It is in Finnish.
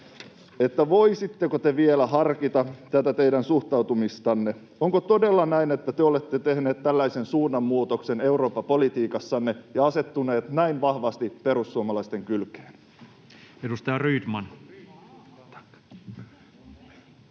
Voisitteko te vielä harkita tätä teidän suhtautumistanne? Onko todella näin, että te olette tehneet tällaisen suunnanmuutoksen eurooppapolitiikassanne ja asettuneet näin vahvasti perussuomalaisten kylkeen? [Speech 100]